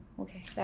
okay